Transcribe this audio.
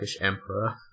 emperor